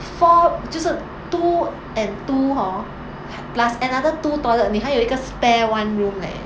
four 就是 two and two hor plus another two toilet 你还有一个 spare one room leh